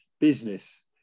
business